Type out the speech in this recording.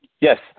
Yes